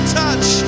touch